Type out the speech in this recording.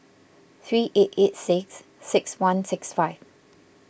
three eight eight six six one six five